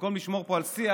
במקום לשמור פה על שיח,